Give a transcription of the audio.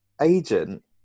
agent